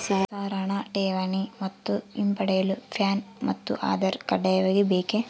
Sir ಹಣ ಠೇವಣಿ ಮತ್ತು ಹಿಂಪಡೆಯಲು ಪ್ಯಾನ್ ಮತ್ತು ಆಧಾರ್ ಕಡ್ಡಾಯವಾಗಿ ಬೇಕೆ?